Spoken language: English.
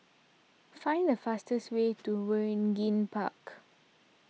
find the fastest way to Waringin Park